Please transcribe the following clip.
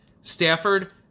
Stafford